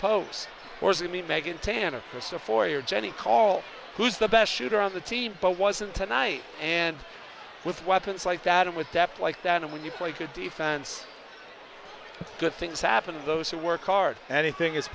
meghan tanner herself or your jenny call who's the best shooter on the team but wasn't tonight and with weapons like that and with depth like that and when you play good defense good things happen to those who work hard anything is